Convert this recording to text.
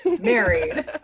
Married